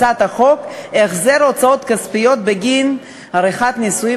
כתוב: הצעת חוק החזר הוצאות כספיות בגין עריכת נישואין